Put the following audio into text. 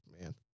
Man